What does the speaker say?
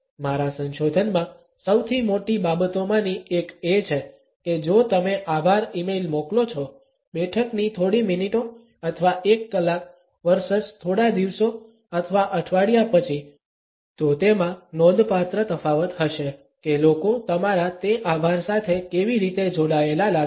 મારા સંશોધનમાં સૌથી મોટી બાબતોમાંની એક એ છે કે જો તમે આભાર ઇમેઇલ મોકલો છો બેઠકની થોડી મિનિટો અથવા એક કલાક વર્સસ થોડા દિવસો અથવા અઠવાડિયા પછી તો તેમાં નોંધપાત્ર તફાવત હશે કે લોકો તમારા તે આભાર સાથે કેવી રીતે જોડાયેલા લાગે છે